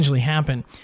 happen